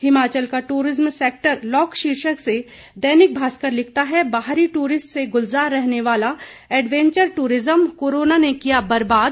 हिमाचल का tourism sector lock शीर्षक से दैनिक भास्कर लिखता है बाहरी टूरिस्ट से गुलजार रहने वाला एडवेंचर टूरिज्म कोरोना ने किया बर्बाद